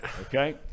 Okay